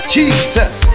Jesus